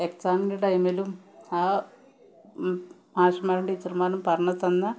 എക്സാമിന്റെ ടൈമിലും ആ മാഷമ്മാരും ടീച്ചർമാരും പറഞ്ഞുതന്ന